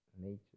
nature